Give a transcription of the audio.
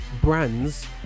brands